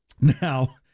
Now